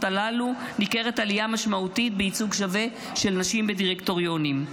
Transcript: הללו ניכרת עלייה משמעותית בייצוג שווה של נשים בדירקטוריונים.